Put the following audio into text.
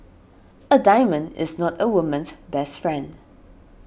a diamond is not a woman's best friend